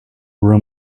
room